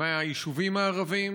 מהיישובים הערביים